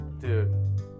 dude